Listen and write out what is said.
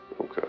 Okay